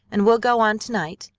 and we'll go on to-night.